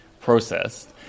processed